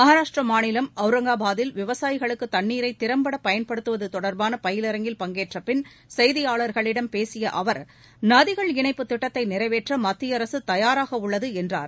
மகாராஷ்ட்டிர மாநிலம் அவுரங்காபாத்தில் விவசாயத்திற்கு தண்ணீரை திறம்பட பயன்படுத்துவது தொடர்பான பயிலரங்கில் பங்கேற்றபின் செய்தியாளர்களிடம் பேசிய அவர் நதிகள் இணைப்பு திட்டத்தை நிறைவேற்ற மத்திய அரசு தயாராக உள்ளது என்றார்